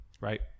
Right